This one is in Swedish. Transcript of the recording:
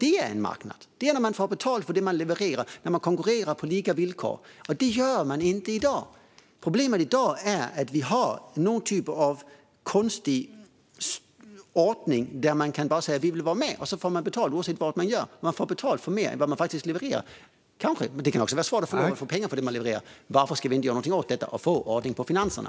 En marknad är ju när man får betalt för det man levererar och konkurrerar på lika villkor. Men det gör man inte i dag. Problemet är att vi har den konstiga ordningen att man kan säga att man vill vara med och sedan få betalt oavsett vad man gör. Många får betalt för mer än de levererar. Det kan också vara svårt att få betalt för det man faktiskt levererar. Ska vi inte göra något åt detta och få ordning på finanserna?